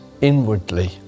inwardly